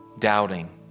doubting